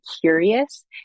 curious